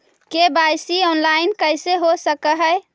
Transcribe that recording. KYC online कैसे हो सक है?